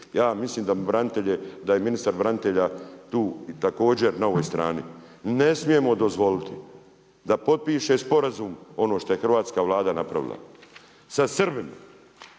branitelje, da je ministar branitelja također tu i na ovoj strani. Ne smijemo dozvoliti da potpiše sporazum ono što je hrvatska Vlada napravila, sa Srbima,